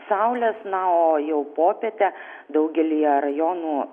saulės na o jau popietę daugelyje rajonų